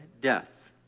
death